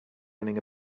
running